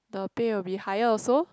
the pay will be higher also